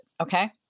Okay